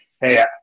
hey